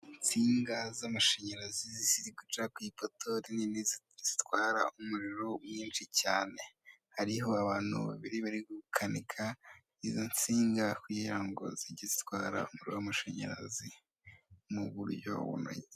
Insinga z'amashanyarazi ziri guca ku ipoto rinini zitwara umuriro mwinshi cyane, hariho abantu babiri bari gukanika izo nsinga kugirango zige zitwarauwo muriro w'amashanyarazi muburyo bunoze.